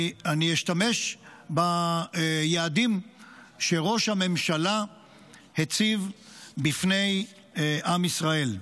אני אשתמש ביעדים שראש הממשלה הציב בפני עם ישראל.